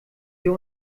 wir